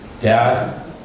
Dad